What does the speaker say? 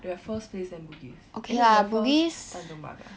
raffles place and bugis eh raffles place tanjong pagar